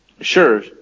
Sure